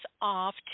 off